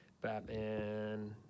Batman